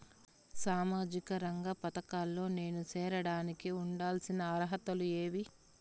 సామాజిక రంగ పథకాల్లో నేను చేరడానికి ఉండాల్సిన అర్హతలు ఏమి?